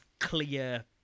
clear